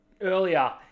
earlier